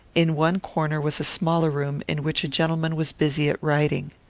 in one corner was a smaller room, in which a gentleman was busy at writing.